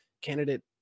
candidate